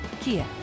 Kia